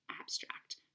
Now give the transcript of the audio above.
abstract